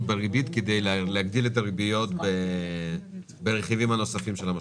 בריבית כדי להגדיל את הריביות ברכיבים הנוספים של המשכנתא.